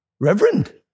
reverend